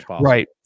right